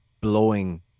blowing